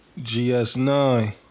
GS9